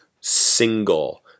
single